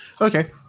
Okay